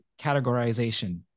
categorization